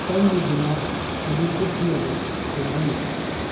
ꯆꯥꯟꯕꯤꯗꯨꯅ ꯑꯩꯒꯤ ꯀꯣꯐꯤ ꯑꯗꯨ ꯁꯦꯝꯕꯤꯌꯨ